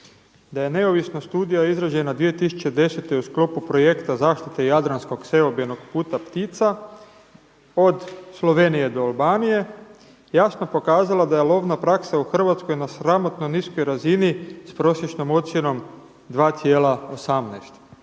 da je neovisna studija izrađena 2010. u sklopu projekta zaštite jadranskog seobenog puta ptica od Slovenije do Albanije jasno pokazalo da je lovna praksa u Hrvatskoj na sramotno niskoj razini s prosječnom ocjenom 2,18